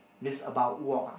this about work